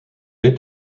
est